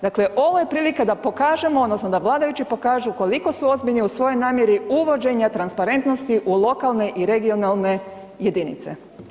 Dakle, ovo je prilika da pokažemo, odnosno da vladajući pokažu koliko su ozbiljni u svojoj namjeri uvođenja transparentnosti u lokalne i regionalne jedinice.